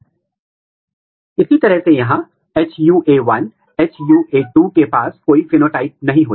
तो यह स्वस्थानी इन सीटू संकरण में आरएनए आरएनए का उदाहरण था लेकिन हम सभी जानते हैं कि अधिकांश मामलों में कार्यात्मक मॉलिक्यूल प्रोटीन है जो आरएनए नहीं है